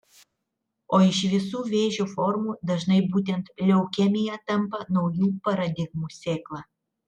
o iš visų vėžio formų dažnai būtent leukemija tampa naujų paradigmų sėkla